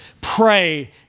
pray